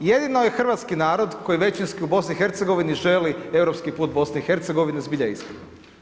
Jedino je hrvatski narod, koji je većinski u BIH želi europski put BIH zbilja istina.